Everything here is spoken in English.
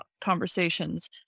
conversations